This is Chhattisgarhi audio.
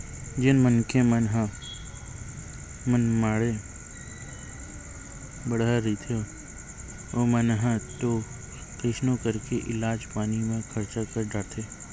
जेन मनखे मन ह मनमाड़े बड़हर रहिथे ओमन ह तो कइसनो करके इलाज पानी म खरचा कर डारथे